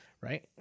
Right